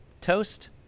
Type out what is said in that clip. toast